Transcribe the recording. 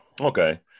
Okay